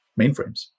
mainframes